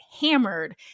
hammered